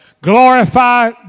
Glorify